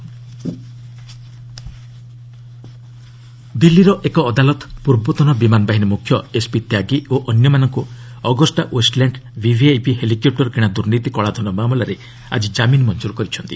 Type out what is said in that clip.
court bail ଦିଲ୍ଲୀର ଏକ ଅଦାଲତ ପୂର୍ବତନ ବିମାନ ବାହିନୀ ମୁଖ୍ୟ ଏସ୍ପି ତ୍ୟାଗୀ ଓ ଅନ୍ୟମାନଙ୍କୁ ଅଗଷ୍ଟା ଓ୍ବେଷ୍ଟଲ୍ୟାଣ୍ଡ ଭିଭିଆଇପି ହେଲିକପୁର କିଣା ଦୁର୍ନୀତି କଳାଧନ ମାମଲାରେ ଆଜି କାମିନ ମଞ୍ଜୁର କରିଛନ୍ତି